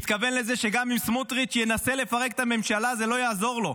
מתכוון לזה שגם אם סמוטריץ' ינסה לפרק את הממשלה זה לא יעזור לו.